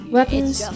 Weapons